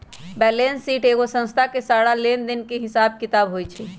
balance sheet एगो संस्था के सारा लेन देन के हिसाब किताब होई छई